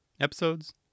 Episodes